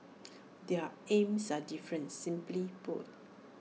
their aims are different simply put